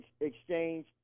exchange